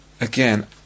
Again